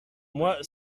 moi